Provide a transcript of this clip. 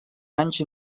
anys